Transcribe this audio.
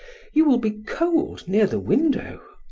you will be cold near the window.